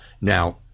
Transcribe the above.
Now